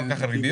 אחר כך הריביות,